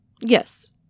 Yes